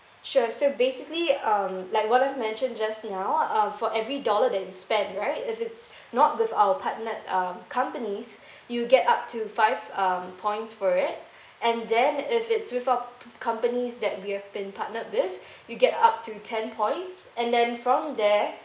sure so basically um like what I've mentioned just now uh for every dollar that you spend right if it's not with our partnered uh companies you get up to five um points for it and then if it's with a companies that we've been partnered with you get up to ten points and then from there